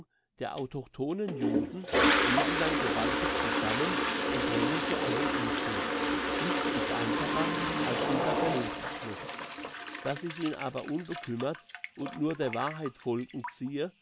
der autochthonen juden wirken dann gewaltig zusammen und drängen zu einem umsturz nichts ist einfacher als dieser vernunftschluss dass ich ihn aber unbekümmert und nur der wahrheit folgend ziehe